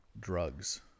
drugs